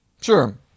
Sure